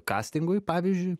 kastingui pavyzdžiui